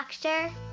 Doctor